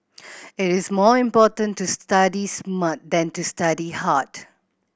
it is more important to study smart than to study hard